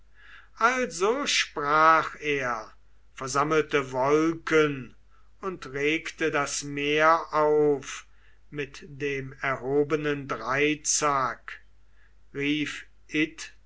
also sprach er versammelte wolken und regte das meer auf mit dem erhobenen dreizack rief